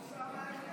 אוסאמה,